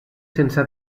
sense